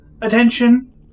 attention